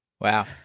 Wow